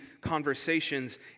conversations